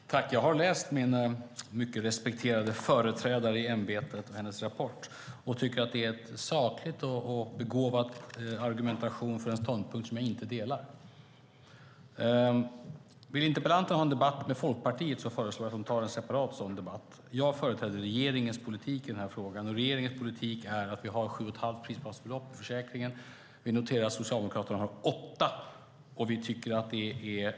Fru talman! Jag har läst rapporten från min mycket respekterade företrädare i ämbetet. Jag tycker att den är en saklig och begåvad argumentation för en ståndpunkt som jag inte delar. Vill interpellanten ha en debatt med Folkpartiet föreslår jag att hon tar en separat sådan debatt. Jag företräder regeringens politik i den här frågan, och regeringens politik är att vi har 7 1⁄2 prisbasbelopp i försäkringen. Vi noterar att Socialdemokraterna har 8. Det är något man kan diskutera.